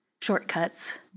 shortcuts